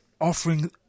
offering